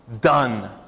Done